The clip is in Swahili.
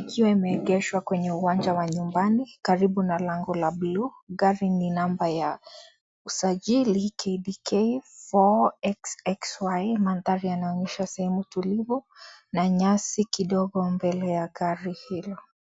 ikiwa imeegeshwa kwenye uwanja wa nyumbani karibu na lango la bluu. Gari lina namba ya usajili KBK 4XXY. Mandhari yanaonyesha sehemu tulivu na nyasi kidogo mbele ya gari hilo.